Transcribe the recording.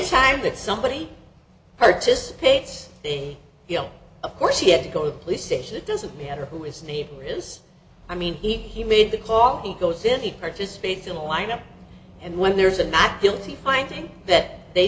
time that somebody participates they feel of course he had to go to the police station it doesn't matter who is neither is i mean he he made the call he goes in he participates in a lineup and when there's a not guilty finding that they